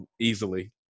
easily